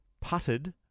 putted